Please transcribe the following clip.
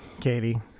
Katie